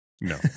No